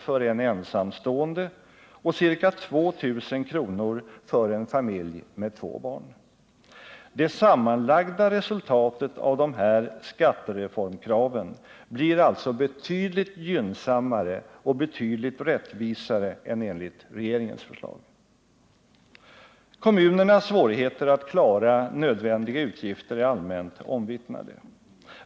för en ensamstående och ca 2 000 kr. för en familj med två barn. Det sammanlagda resultatet av de här skattereformkraven blir alltså betydligt gynnsammare och betydligt rättvisare än det resultat som uppnås enligt regeringens förslag. Kommunernas svårigheter att klara nödvändiga utgifter är allmänt omvittnade.